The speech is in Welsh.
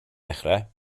dechrau